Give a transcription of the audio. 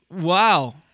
Wow